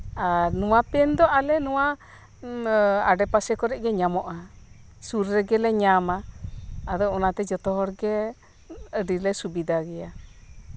ᱟᱨ ᱱᱚᱶᱟ ᱯᱮᱱᱫᱚ ᱟᱞᱮ ᱱᱚᱶᱟ ᱟᱰᱮ ᱯᱟᱥᱮ ᱠᱚᱨᱮᱜᱮ ᱧᱟᱢᱚᱜᱼᱟ ᱥᱳᱨ ᱨᱮᱜᱮᱞᱮ ᱧᱟᱢᱟ ᱟᱫᱚ ᱚᱱᱟᱛᱮ ᱡᱷᱚᱛᱚᱦᱚᱲ ᱜᱮ ᱟᱹᱰᱤᱞᱮ ᱥᱩᱵᱤᱫᱷᱟ ᱜᱮᱭᱟ